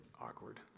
awkward